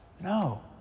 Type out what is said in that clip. No